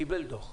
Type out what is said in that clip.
קיבל דוח,